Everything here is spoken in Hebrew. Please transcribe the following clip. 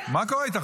--- מה קורה איתך?